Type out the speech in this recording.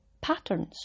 patterns